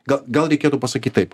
gal gal reikėtų pasakyt taip